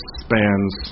spans